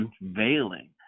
unveiling